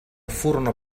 furono